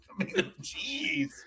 Jeez